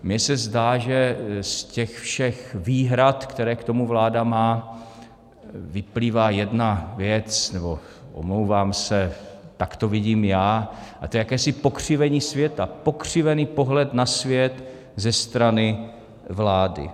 Mně se zdá, že z těch všech výhrad, které k tomu vláda má, vyplývá jedna věc, nebo, omlouvám se, tak to vidím já, a to je jakési pokřivení světa, pokřivený pohled na svět ze strany vlády.